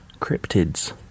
cryptids